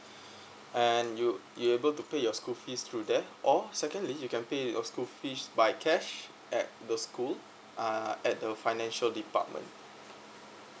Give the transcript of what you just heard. and you you able to pay your school fees through there or secondly you can pay your school fees by cash at the school uh at the financial department